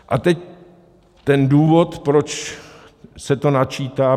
A teď ten důvod, proč se to načítá.